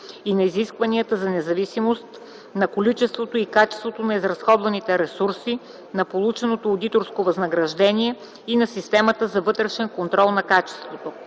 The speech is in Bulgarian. и на изискванията за независимост, на количеството и качеството на изразходваните ресурси, на полученото одиторско възнаграждение и на системата за вътрешен контрол на качеството.